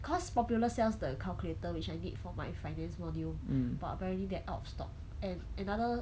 cause popular sells the calculator which I need for my finance module but apparently they're out of stock and another